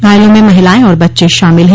घायलों में महिलाएं और बच्चे शामिल है